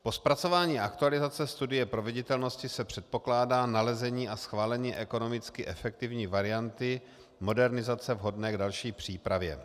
Po zpracování aktualizace studie proveditelnosti se předpokládá nalezení a schválení ekonomicky efektivní varianty modernizace vhodné k další přípravě.